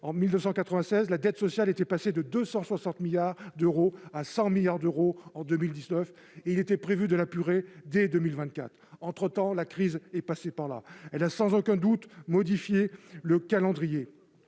en 1996, la dette sociale était passée de 260 milliards à 100 milliards d'euros en 2019, et il était prévu de l'apurer dès 2024. Entre-temps, la crise est passée par là. Elle a sans aucun doute modifié le calendrier.